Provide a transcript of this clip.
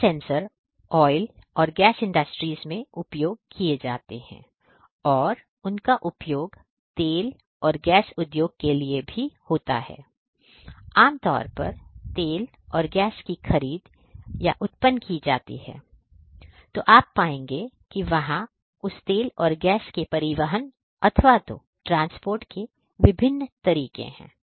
यह sensor oil और gas industries में उपयोग में लिए जाते हैं और उनका उपयोग तेल और गैस उद्योग के लिए भी होता है आम तौर पर तेल और गैस की खरीद या उत्पन्न की जाती है तो आप पाएंगे कि वहां उस तेल और गैस के परिवहन अथवा तो ट्रांसपोर्ट के विभिन्न तरीके हैं